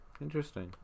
Interesting